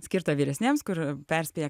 skirta vyresniems kur perspėja